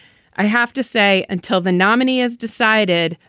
i have to say, until the nominee has decided,